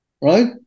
right